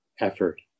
effort